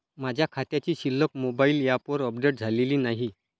माझ्या खात्याची शिल्लक मोबाइल ॲपवर अपडेट झालेली नाही